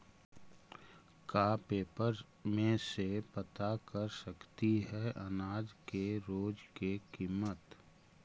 का पेपर में से पता कर सकती है अनाज के रोज के किमत?